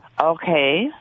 Okay